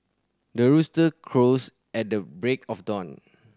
the rooster crows at the break of dawn